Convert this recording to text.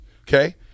okay